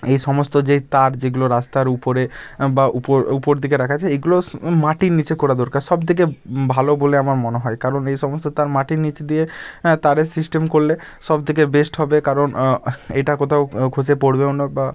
এই সমস্ত যেই তার যেগুলো রাস্তার উপরে বা উপর উপর দিকে রাখা আছে এগুলোস মাটির নিচে করা দোরকার সব থেকে ভালো বলে আমার মনে হয় কারণ এই সমস্ত তার মাটির নীচ দিয়ে হ্যাঁ তারের সিস্টেম করলে সব থেকে বেস্ট হবে কারণ এটা কোথাও খসে পড়বেও না বা